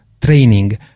training